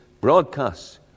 broadcasts